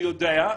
אני יודע.